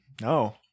No